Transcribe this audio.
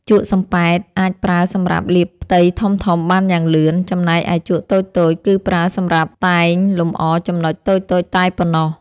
ជក់សំប៉ែតអាចប្រើសម្រាប់លាបផ្ទៃធំៗបានយ៉ាងលឿន ចំណែកឯជក់តូចៗគឺប្រើសម្រាប់តែងលម្អចំណុចតូចៗតែប៉ុណ្ណោះ។